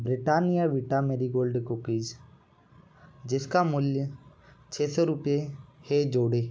Britannia Vita Marie Gold cookies जिसका मूल्य छः सौ रुपये है जोड़ें